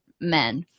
men